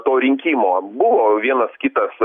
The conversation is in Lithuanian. to rinkimo buvo vienas kitas